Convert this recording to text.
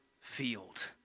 field